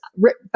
rip